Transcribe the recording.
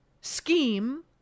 scheme